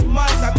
months